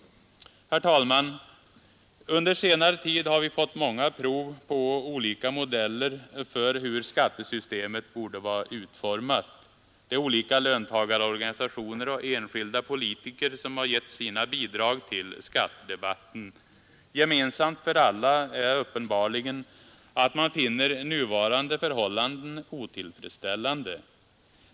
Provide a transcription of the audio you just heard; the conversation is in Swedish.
Herr talman! Under senare tid har vi fått många prov på olika modeller för hur skattesystemet borde vara utformat. Det är olika löntagarorganisationer och enskilda politiker som gett sina bidrag till skattedebatten. Gemensamt för alla är uppenbarligen att man finner nuvarande förhållanden otillfredsställande.